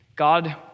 God